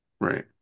Right